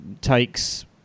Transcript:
takes